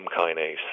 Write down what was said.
kinase